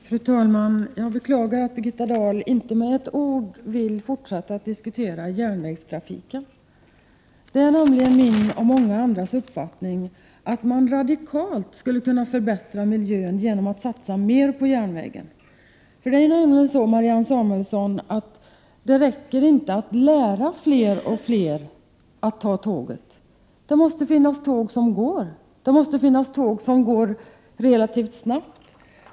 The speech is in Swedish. Fru talman! Jag beklagar att Birgitta Dahl inte med ett ord vill fortsätta att diskutera järnvägstrafiken. Min och många andras uppfattning är nämligen att man radikalt skulle kunna förbättra miljön genom att satsa mera på järnvägen. Det räcker inte, Marianne Samuelsson, att lära fler och fler att ta tåget. Det måste också finnas ett tåg som går och går relativt snabbt.